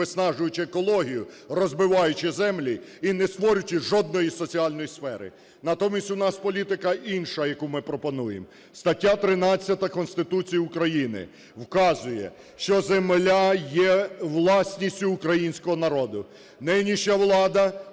виснажуючи екологію, розбиваючи землі і не створюючи жодної соціальної сфери. Натомість у нас політика інша, яку ми пропонуємо. Стаття 13 Конституції України вказує, що земля є власністю українського народу. Нинішня влада